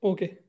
Okay